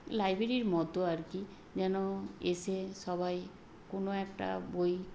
লাইব্রেরির মতো আর কি যেন এসে সবাই কোনো একটা বই